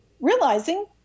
realizing